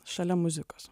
šalia muzikos